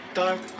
dark